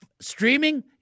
streaming